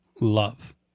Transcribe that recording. love